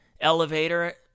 elevator